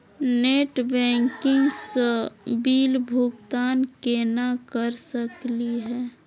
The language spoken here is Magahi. नेट बैंकिंग स बिल भुगतान केना कर सकली हे?